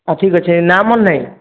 ହଉ ଠିକ୍ ଅଛି ନାଁ ମନେନାହିଁ